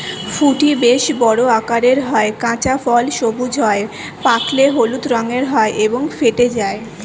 ফুটি বেশ বড় আকারের হয়, কাঁচা ফল সবুজ হয়, পাকলে হলুদ রঙের হয় এবং ফেটে যায়